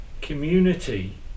Community